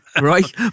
right